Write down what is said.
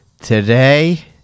today